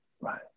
right